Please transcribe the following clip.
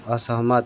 असहमत